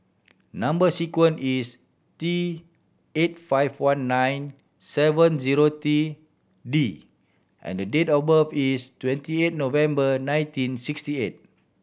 number sequence is T eight five one nine seven zero three D and the date of birth is twenty eight November nineteen sixty eight